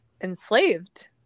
enslaved